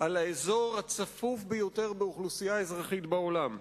על האזור הצפוף ביותר באוכלוסייה אזרחית, בעולם.